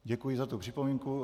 Děkuji za tu připomínku.